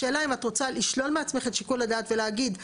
השאלה אם את רוצה לשלול מעצמך את שיקול הדעת ולהגיד תמיד,